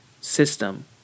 system